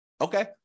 Okay